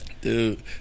Dude